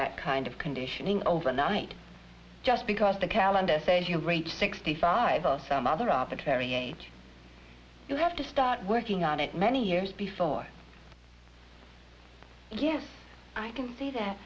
that kind of conditioning overnight just because the calendar says you're great sixty five or some other arbitrary age you have to start working on it many years before yes i can see that